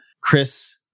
Chris